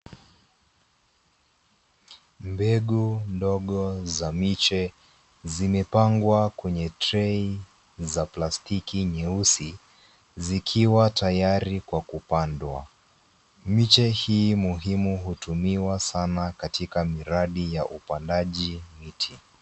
Mbengu ndogo za miche zimepangwa kwenye trai za plastiki nyeusi zikiwa tayari kwa kupandwa. Miche hii muhimu hutumiwa sana katika miradi ya upandaji miti.